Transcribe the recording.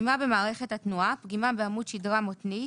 "פגימה במערכת התנועה" פגימה בעמוד שדרה מותני,